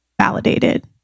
validated